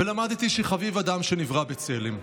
ולמדתי ש"חביב אדם שנברא בצלם".